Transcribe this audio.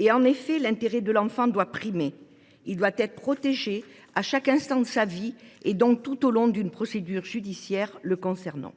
En effet, l’intérêt de l’enfant doit primer : l’enfant doit être protégé à chaque instant de sa vie, et donc tout au long d’une procédure judiciaire le concernant.